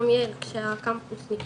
בכרמיאל שהקמפוס נפתח.